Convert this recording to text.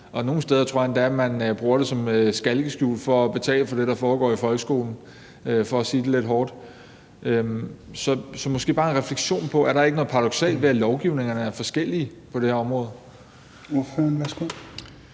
nogle steder tror jeg endda man bruger det som skalkeskjul for at betale for det, der foregår i folkeskolen – for at sige det lidt hårdt. Så kan ordføreren måske bare komme med en refleksion over, om der ikke er noget paradoksalt ved, at lovgivningerne er forskellige på det her område?